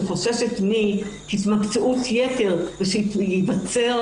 שחוששת מהתמקצעות יתר ושייווצר